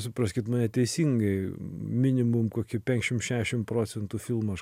supraskit mane teisingai minimum kokį penkšim šešim procentų filmo aš